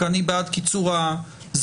כי אני בעד קיצור הזמן,